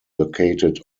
located